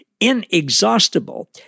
Inexhaustible